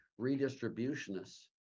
redistributionists